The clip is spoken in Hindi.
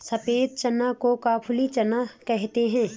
सफेद चना को काबुली चना कहते हैं